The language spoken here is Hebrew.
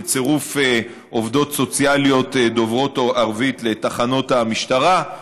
של צירוף עובדות סוציאליות דוברות ערבית לתחנות המשטרה.